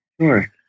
Sure